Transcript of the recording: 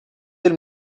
del